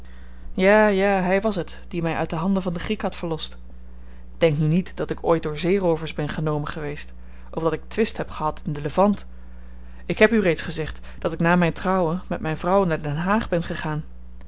ja ja hy was het die my uit de handen van den griek had verlost denk nu niet dat ik ooit door zeeroovers ben genomen geweest of dat ik twist heb gehad in den levant ik heb u reeds gezegd dat ik na myn trouwen met myn vrouw naar den haag ben gegaan